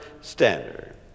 standard